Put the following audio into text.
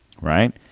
right